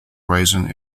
rising